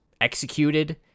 executed